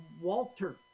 Walter